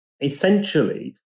Essentially